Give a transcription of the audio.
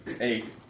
Eight